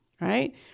right